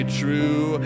true